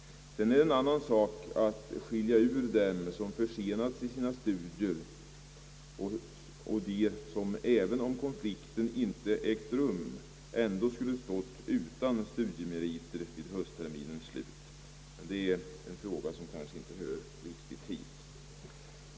Sedan är det en annan sak att skilja ut dem som försenats i sina studier och dem som även om konflikten inte hade kommit skulle ha stått utan studiemeriter vid höstterminens slut, men det är en fråga som kanske inte riktigt hör hit.